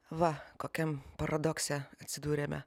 va kokiam paradokse atsidūrėme